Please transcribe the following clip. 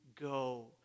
go